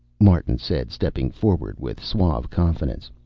martin said, stepping forward with suave confidence,